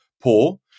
poor